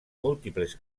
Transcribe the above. múltiples